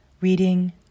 reading